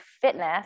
fitness